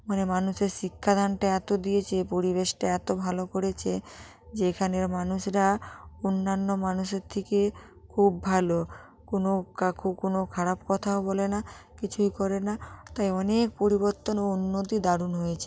মানে মানুষের শিক্ষাদানটা এত দিয়েছে পরিবেশটা এত ভালো করেছে যে এখানের মানুষরা অন্যান্য মানুষের থেকে খুব ভালো কোনো কাউকে কোনো খারাপ কথাও বলে না কিছুই করে না তাই অনেক পরিবর্তন ও উন্নতি দারুণ হয়েছে